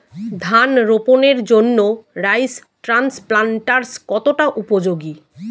ধান রোপণের জন্য রাইস ট্রান্সপ্লান্টারস্ কতটা উপযোগী?